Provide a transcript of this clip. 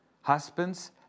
Husbands